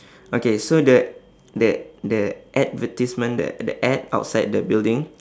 okay so the the the advertisement the the ad outside the building